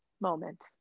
moment